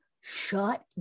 shut